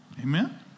Amen